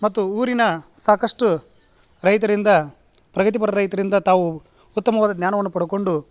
ಮತ್ತು ಊರಿನ ಸಾಕಷ್ಟು ರೈತರಿಂದ ಪ್ರಗತಿಪರ ರೈತರಿಂದ ತಾವು ಉತ್ತಮವಾದ ಜ್ಞಾನವನ್ನು ಪಡ್ಕೊಂಡು